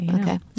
Okay